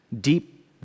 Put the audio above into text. deep